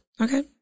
Okay